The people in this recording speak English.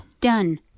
Done